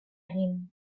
egin